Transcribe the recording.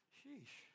Sheesh